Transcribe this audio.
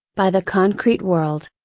by the concrete world.